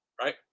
right